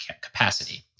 capacity